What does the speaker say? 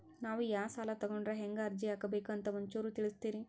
ನಾವು ಯಾ ಸಾಲ ತೊಗೊಂಡ್ರ ಹೆಂಗ ಅರ್ಜಿ ಹಾಕಬೇಕು ಅಂತ ಒಂಚೂರು ತಿಳಿಸ್ತೀರಿ?